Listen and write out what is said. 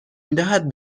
میدهد